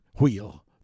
wheel